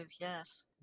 yes